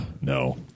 No